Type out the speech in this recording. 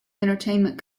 entertainment